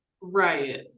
Right